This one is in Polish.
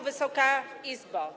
Wysoka Izbo!